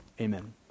amen